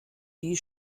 die